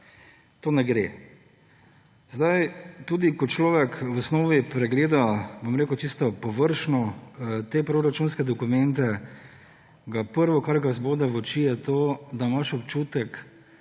Tako ne gre. Tudi ko človek v osnovi pregleda, bom rekel čisto površno, te proračunske dokumente, je prvo, kar ga zbode v oči, to, da imaš občutek,